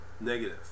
negative